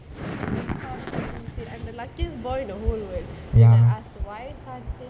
I am the luckiest boy in the whole world then I asked why then sun said